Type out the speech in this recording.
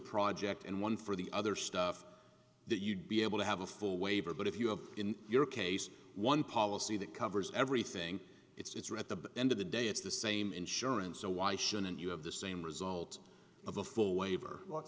project and one for the other stuff that you'd be able to have a full waiver but if you have in your case one policy that covers everything it's right the end of the day it's the same insurance so why shouldn't you have the same result of the full waiver